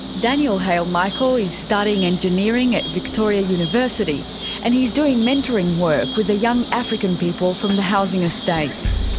daniel haile-michael is studying engineering at victoria university and he's doing mentoring work with the young african people from the housing estates.